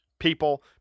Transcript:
people